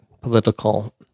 political